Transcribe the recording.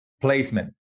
placement